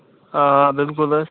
آ بِلکُل حظ